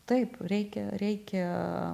taip reikia reikia